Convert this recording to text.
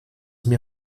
mir